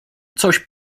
coś